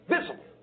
visible